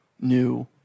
new